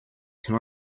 can